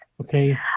Okay